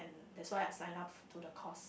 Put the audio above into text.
that's why I sign up to the course